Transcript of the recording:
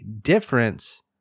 difference